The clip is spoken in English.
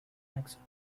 accent